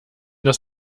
dass